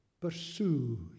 Pursue